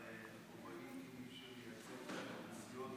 אבל בכובעי כמי שמייצג כאן את הסיעות